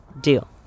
Deal